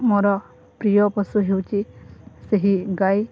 ମୋର ପ୍ରିୟ ପଶୁ ହେଉଛି ସେହି ଗାଈ